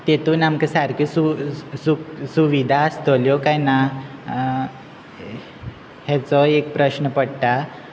तातून आमकां सारक्यो सु सुविधा आसतल्यो कांय ना हाचो एक प्रश्न पडटा